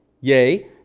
Yay